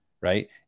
right